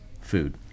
food